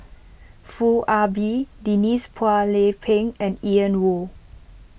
Foo Ah Bee Denise Phua Lay Peng and Ian Woo